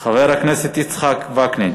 חבר הכנסת יצחק וקנין.